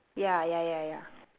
ya ya ya ya